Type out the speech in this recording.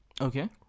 Okay